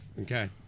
Okay